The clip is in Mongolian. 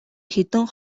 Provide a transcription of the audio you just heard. хэдэн